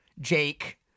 Jake